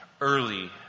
early